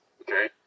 okay